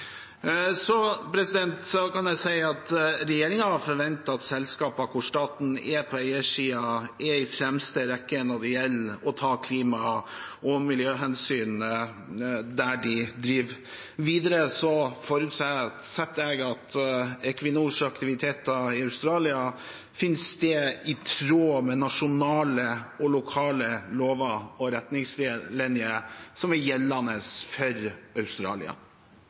Så kan jeg si at regjeringen har forventet at selskaper der staten er på eiersiden, er i fremste rekke når det gjelder å ta klima- og miljøhensyn der de driver. Videre forutsetter jeg at Equinors aktiviteter i Australia finner sted i tråd med nasjonale og lokale lover og retningslinjer som er gjeldende for Australia.